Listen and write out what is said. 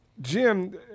Jim